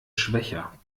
schwächer